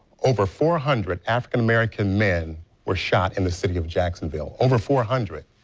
over four hundred african american men were shot in the city of jacksonville over four hundred.